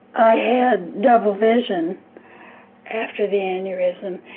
i had double vision after the aneurysm.